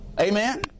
Amen